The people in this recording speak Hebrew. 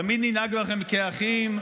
תמיד ננהג בכם כאחים.